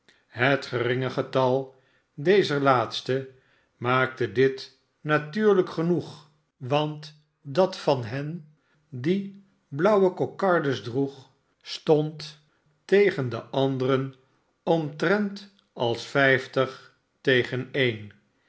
het geringe getal dezer laatste maakte dit natuurlijk genoeg want dat van hen die blauwe kokardes droegen stond tegen de anderen omtrent als vijftig tegen een